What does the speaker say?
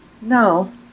No